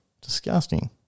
Disgusting